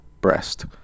breast